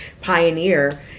pioneer